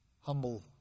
humble